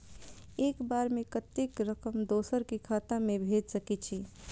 एक बार में कतेक रकम दोसर के खाता में भेज सकेछी?